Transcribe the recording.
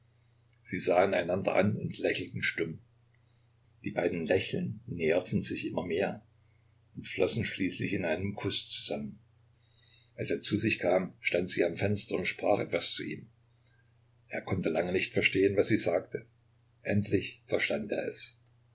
sie sahen einander an und lächelten stumm die beiden lächeln näherten sich immer mehr und flossen schließlich in einem kuß zusammen als er zu sich kam stand sie am fenster und sprach etwas zu ihm er konnte lange nicht verstehen was sie sagte endlich verstand er es